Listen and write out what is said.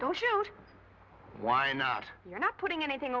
don't you why not you're not putting anything